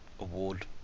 award